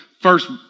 first